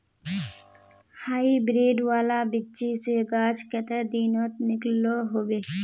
Hybrid वाला बिच्ची से गाछ कते दिनोत निकलो होबे?